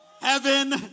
heaven